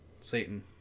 Satan